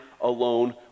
alone